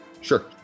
Sure